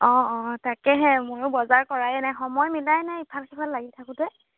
অঁ অঁ তাকেহে ময়ো বজাৰ কৰাই নাই সময় মিলাই নাই ইফাল সিফাল লাগি থাকোঁতে